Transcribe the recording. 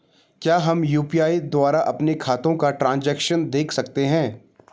हम यु.पी.आई द्वारा अपने खातों का ट्रैन्ज़ैक्शन देख सकते हैं?